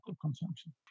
consumption